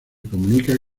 comunica